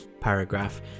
paragraph